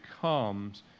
comes